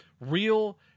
real